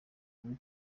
muri